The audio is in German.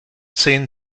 zehn